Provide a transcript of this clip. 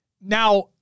Now